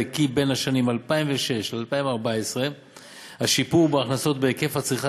כי בשנים 2006 2014 השיפור בהכנסות ובהיקף הצריכה